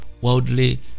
worldly